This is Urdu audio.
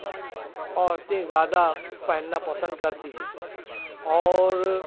عورتیں زیادہ پہننا پسند کرتی ہیں اور